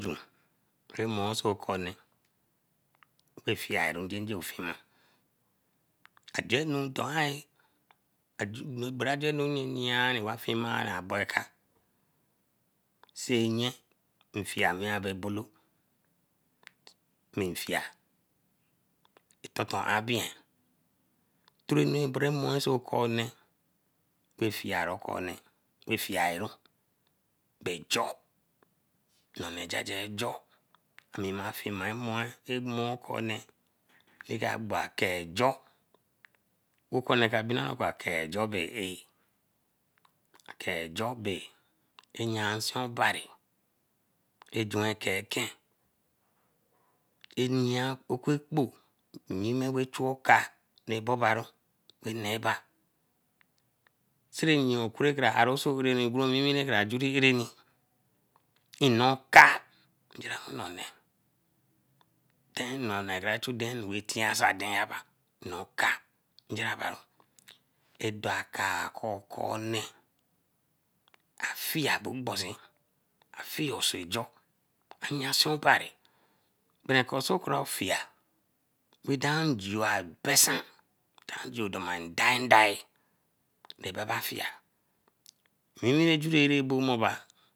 Rein imoesokone rafia reinjo fima gbaragenu yeare ma fima a boka seeyen fieme aberebolo msfie a totona beyen torobeyento konee ra fie ra konee ra fieru bae jor. Nonee jaja ajor ame ma fimamoe ke mor konee ra ke ban kejor okonee ke benaru kor kejor ae eer. Akejor eyansi obari, e juen eke eken eya eke ekpo yime ra chu oka ra bobaru neeba. Sereyiakuru kara aruso ninii bae nwiwi kra juri areni nnoka joraru nonee bein nonee kra chu dein ra chuey soe aden ba nnoka abaru edokai kor konee afir mbosi afiesejor ayanse-obari bereken sokofie wey damaru abesan, damaru domaru dorman dandai ra baba fie